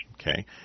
Okay